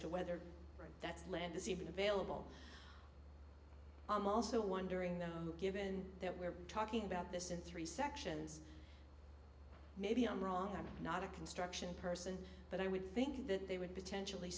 to whether that's land is even available i'm also wondering though given that we're talking about this in three sections maybe i'm wrong i'm not a construction person but i would think that they would potentially